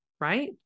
right